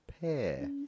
pair